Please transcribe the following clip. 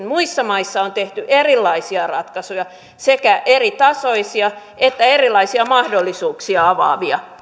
muissa maissa on tehty erilaisia ratkaisuja sekä eritasoisia että erilaisia mahdollisuuksia avaavia